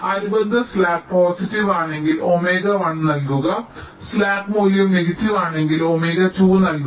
അനുബന്ധ slack positive ആണെങ്കിൽ omega 1 നൽകുക സ്ലാക്ക് മൂല്യം നെഗറ്റീവ് ആണെങ്കിൽ ഒമേഗ 2 നൽകുക